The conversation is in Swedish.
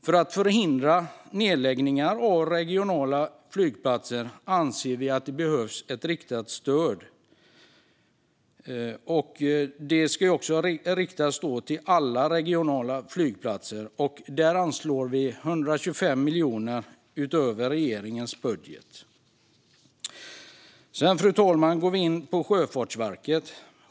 För att förhindra nedläggningar av regionala flygplatser anser vi att det behövs ett stöd som riktas till alla regionala flygplatser. Där anslår vi 125 miljoner utöver regeringens budget. Sedan, fru talman, går vi in på Sjöfartsverket.